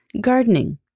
gardening